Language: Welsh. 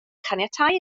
caniatáu